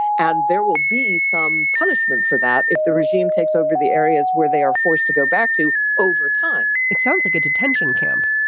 and there will be some punishment for that if the regime takes over the areas where they are forced to go back to over time. it sounds like a detention camp.